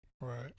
Right